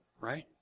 right